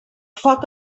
foc